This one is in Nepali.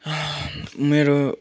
मेरो